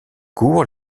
cour